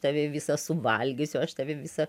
tave visą suvalgysiu aš tave visą